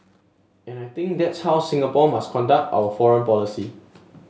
and I think that's how Singapore must conduct our foreign policy